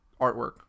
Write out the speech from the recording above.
artwork